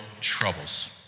troubles